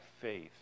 faith